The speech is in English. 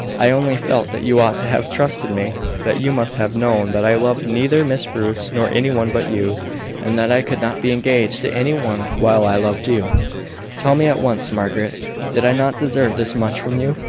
i only felt that you ought to have trusted me that you must have known that i loved neither miss bruce, nor any one but you and that i could not be engaged to any one while i loved you tell me at once, margaret did i not deserve this much from you?